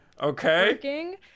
Okay